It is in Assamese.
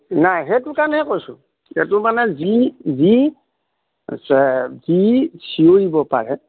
নাই সেইটো কাৰণে কৈছোঁ এইটো মানে যি যি যি চিঞৰিব পাৰে